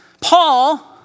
Paul